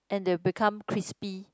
and they will become crispy